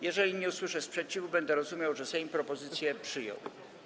Jeżeli nie usłyszę sprzeciwu, będę rozumiał, że Sejm propozycję przyjął.